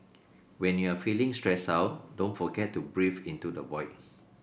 when you are feeling stressed out don't forget to breathe into the void